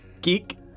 Geek